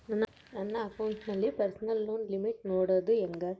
ನನ್ನ ಅಕೌಂಟಿನಲ್ಲಿ personal loan limit ನೋಡದು ಹೆಂಗೆ?